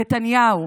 נתניהו,